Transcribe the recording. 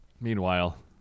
meanwhile